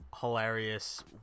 Hilarious